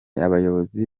abayobozi